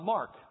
Mark